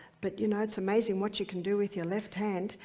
but, you know, it's amazing what you can do with your left hand.